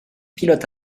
pilotes